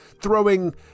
throwing